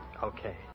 Okay